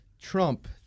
Trump